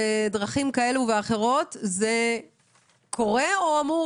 בדרכים כאלה ואחרות זה קורה או אמור